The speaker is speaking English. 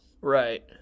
right